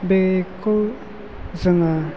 बेखौ जोङो